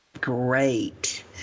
Great